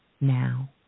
Now